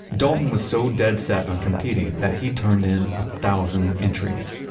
dalton was so dead set on competing that he turned in a thousand entries.